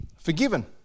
forgiven